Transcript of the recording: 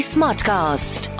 Smartcast